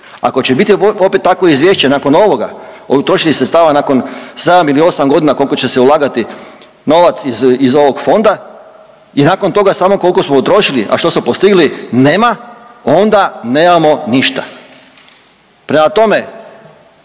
ako će biti opet tako izvješće nakon ovoga o utrošenim sredstava nakon sedam ili osam godina koliko će se ulagati novac iz ovog fonda i nakon toga samo koliko smo utrošili, a što smo postigli nema onda nemamo ništa. Prema tome,